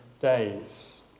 days